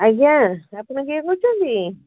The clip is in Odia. ଆଜ୍ଞା ଆପଣ କିଏ କହୁଛନ୍ତି